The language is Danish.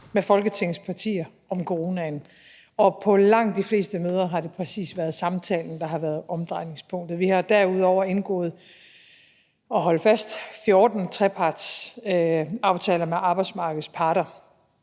med Folketingets partier om coronaen, og på langt de fleste møder har det præcis været samtalen, der har været omdrejningspunktet. Vi har derudover indgået – og hold nu fast – 14 trepartsaftaler med arbejdsmarkedets parter.